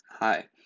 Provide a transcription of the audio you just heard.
Hi